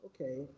okay